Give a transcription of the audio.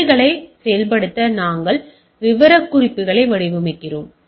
கொள்கைகளை செயல்படுத்த நாங்கள் விவரக்குறிப்புகளை வடிவமைக்கிறோம்